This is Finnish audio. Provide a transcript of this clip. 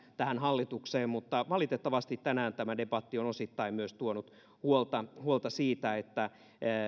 tähän hallitukseen mutta valitettavasti tänään tämä debatti on osittain myös tuonut huolta huolta siitä